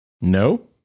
No